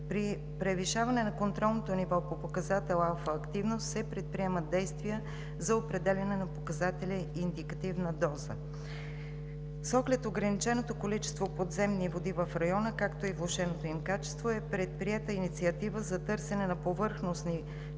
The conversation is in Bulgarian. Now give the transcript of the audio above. При превишаване на контролното ниво по показател алфа активност се предприемат действия за определяне на показателя индикативна доза. С оглед ограниченото количество подземни води в района, както и влошеното им качество, е предприета инициатива за търсене на повърхностни